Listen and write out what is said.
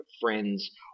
friends